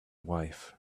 wife